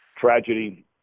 tragedy